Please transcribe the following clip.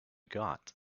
got